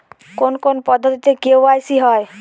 কোন কোন পদ্ধতিতে কে.ওয়াই.সি হয়?